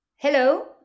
Hello